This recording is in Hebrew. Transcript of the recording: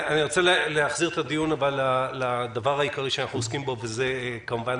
אני רוצה להחזיר את הדיון לדבר העיקרי שאנחנו עוסקים בו וזה כמובן